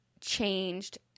changed